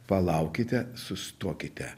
palaukite sustokite